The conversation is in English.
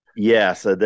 Yes